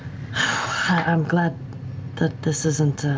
i'm glad that this isn't,